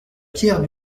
pierre